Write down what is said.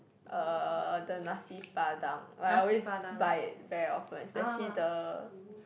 uh the nasi-padang I always buy it very often especially the